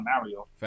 Mario